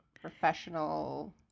professional